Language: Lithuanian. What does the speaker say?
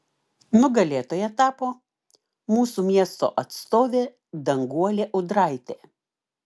nugalėtoja tapo mūsų miesto atstovė danguolė ūdraitė